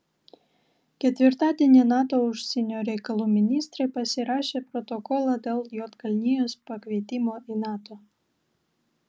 ketvirtadienį nato užsienio reikalų ministrai pasirašė protokolą dėl juodkalnijos pakvietimo į nato